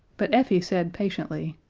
but effie said patiently,